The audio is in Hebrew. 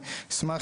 אני אשמח,